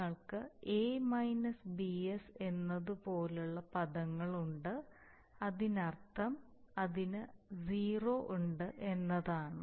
നിങ്ങൾക്ക് a bs എന്നതുപോലുള്ള പദങ്ങളുണ്ട് അതിനർത്ഥം അതിന് സീറോ ഉണ്ട് എന്നാണ്